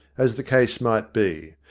as the case might be.